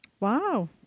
Wow